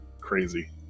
crazy